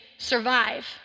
Survive